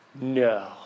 no